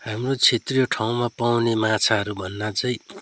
हाम्रो क्षेत्रीय ठाउँमा पाउने माछाहरूभन्दा चाहिँ